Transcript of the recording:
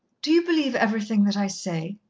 do you believe everything that i say?